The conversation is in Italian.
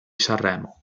sanremo